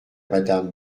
madame